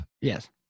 Yes